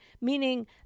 Meaning